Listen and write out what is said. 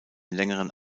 längeren